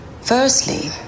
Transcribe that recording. Firstly